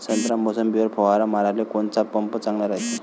संत्रा, मोसंबीवर फवारा माराले कोनचा पंप चांगला रायते?